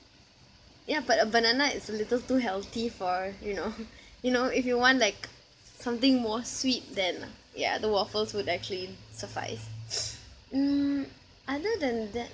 ya but a banana is a little too healthy for you know you know if you want like something more sweet then ya the waffles would actually suffice mm other than that